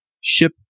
ship